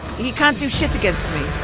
he can't do shit against me.